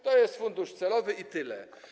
To jest fundusz celowy i tyle.